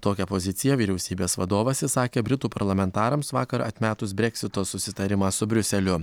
tokią poziciją vyriausybės vadovas išsakė britų parlamentarams vakar atmetus breksito susitarimą su briuseliu